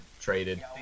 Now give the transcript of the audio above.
traded